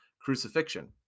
crucifixion